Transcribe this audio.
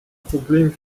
problem